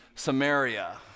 Samaria